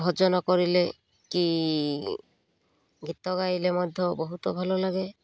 ଭଜନ କରିଲେ କି ଗୀତ ଗାଇଲେ ମଧ୍ୟ ବହୁତ ଭଲ ଲାଗେ